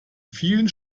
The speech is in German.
vielen